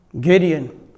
Gideon